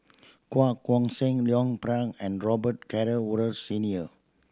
Koh Guan Song Leon and Robet Carr Wood Senior